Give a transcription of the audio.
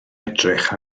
edrych